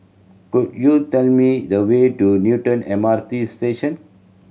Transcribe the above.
could you tell me the way to Newton M R T Station